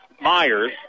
Myers